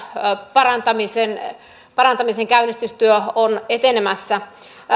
parantamisen parantamisen käynnistystyö on etenemässä